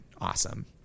awesome